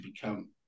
become